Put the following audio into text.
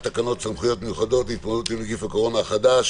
תקנות סמכויות מיוחדות להתמודדות עם נגיף הקורונה החדש